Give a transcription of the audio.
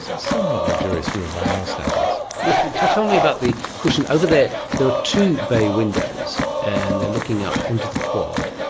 somewhat luxurious room by our standards. yes, tell me about the cushions. over there there are two bay windows and they're looking out onto the quad,